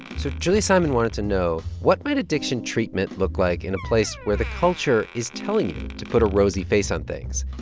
so julia simon wanted to know, what might addiction treatment look like in a place where the culture is telling you to put a rosy face on things?